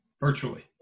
virtually